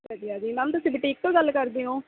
ਵਧੀਆ ਜੀ ਮੈਮ ਤੁਸੀਂ ਬਟੀਕ ਤੋਂ ਗੱਲ ਕਰਦੇ ਓਂ